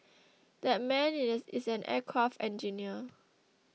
that man is an aircraft engineer